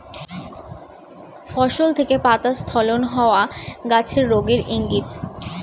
ফসল থেকে পাতা স্খলন হওয়া গাছের রোগের ইংগিত